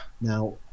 now